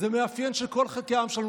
זה מאפיין של כל חלקי העם שלנו,